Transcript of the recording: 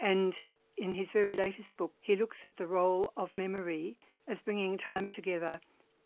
and in his very latest book, he looks at the role of memory as bringing time together